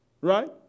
right